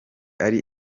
ari